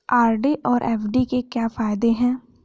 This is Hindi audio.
आर.डी और एफ.डी के क्या फायदे हैं?